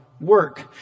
work